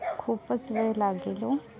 खूपच वेळ लागेल हो